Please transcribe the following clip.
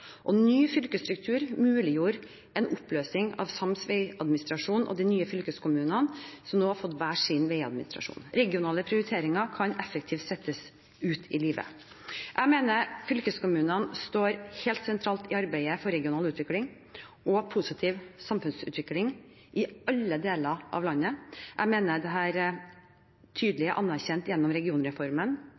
Ny fylkesstruktur muliggjorde en oppløsing av sams veiadministrasjon, og de nye fylkeskommunene har nå fått hver sin veiadministrasjon. Regionale prioriteringer kan effektivt settes ut i livet. Jeg mener fylkeskommunene står helt sentralt i arbeidet for regional utvikling og positiv samfunnsutvikling i alle deler av landet. Jeg mener dette tydelig er anerkjent gjennom regionreformen,